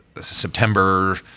September